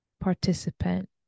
participant